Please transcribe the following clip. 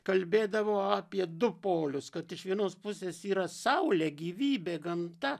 kalbėdavo apie du polius kad iš vienos pusės yra saulė gyvybė gamta